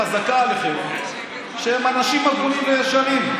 חזקה עליכם שהם אנשים הגונים וישרים,